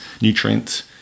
nutrients